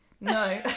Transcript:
no